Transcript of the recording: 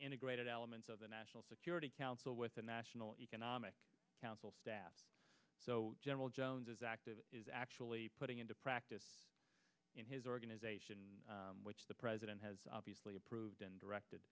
integrated elements of the national security council with a national economic council staff so general jones is active is actually putting into practice in his organization which the president has obviously approved and directed